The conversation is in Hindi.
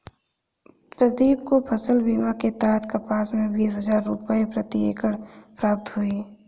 प्रदीप को फसल बीमा के तहत कपास में बीस हजार रुपये प्रति एकड़ प्राप्त हुए